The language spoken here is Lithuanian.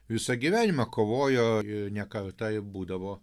visą gyvenimą kovojo ir ne kartą ir būdavo